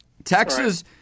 Texas